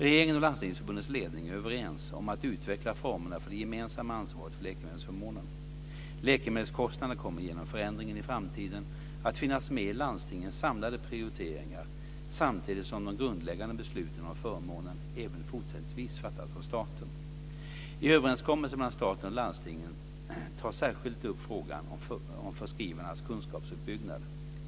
Regeringen och Landstingsförbundets ledning är överens om att utveckla formerna för det gemensamma ansvaret för läkemedelsförmånen. Läkemedelskostnaderna kommer genom förändringen i framtiden att finnas med i landstingens samlade prioriteringar samtidigt som de grundläggande besluten om förmånen även fortsättningsvis fattas av staten. I överenskommelsen mellan staten och landstingen tas särskilt upp frågan om förskrivarnas kunskapsuppbyggnad.